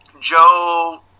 Joe